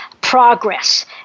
progress